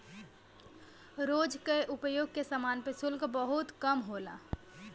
रोज के उपयोग के समान पे शुल्क बहुत कम होला